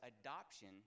adoption